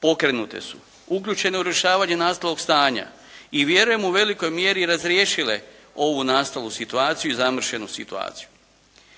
pokrenute su, uključene u rješavanje nastalog stanja i vjerujem u velikom mjeri razriješile ovu nastalu situaciju i zamršenu situaciju.